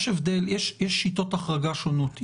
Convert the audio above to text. יש שיטות החרגה שונות.